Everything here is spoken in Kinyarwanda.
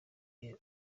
gihe